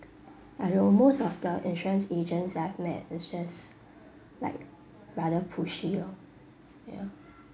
I don't know most of the insurance agents that I've met it just like rather pushy lor ya